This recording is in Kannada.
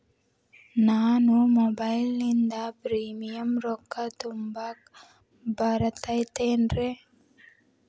ನಾನು ಮೊಬೈಲಿನಿಂದ್ ಪ್ರೇಮಿಯಂ ರೊಕ್ಕಾ ತುಂಬಾಕ್ ಬರತೈತೇನ್ರೇ?